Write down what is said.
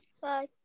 Bye